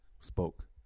spoke